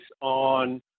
on